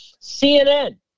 CNN